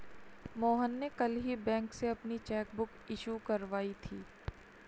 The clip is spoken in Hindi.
मोहन ने कल ही बैंक से अपनी चैक बुक इश्यू करवाई थी